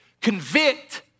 convict